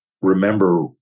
remember